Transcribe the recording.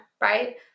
right